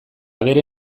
bere